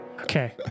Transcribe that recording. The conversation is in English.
Okay